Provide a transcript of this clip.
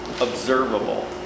observable